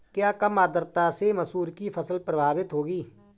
क्या कम आर्द्रता से मसूर की फसल प्रभावित होगी?